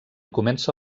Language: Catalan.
comença